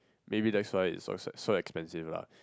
maybe that's why it's so so expensive lah